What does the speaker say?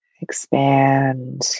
Expand